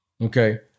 okay